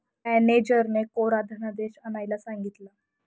मॅनेजरने कोरा धनादेश आणायला सांगितले